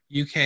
UK